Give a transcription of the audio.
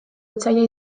etsaia